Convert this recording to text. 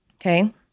Okay